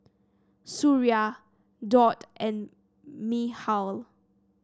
Suria Daud and Mikhail